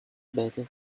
better